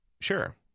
Sure